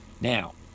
Now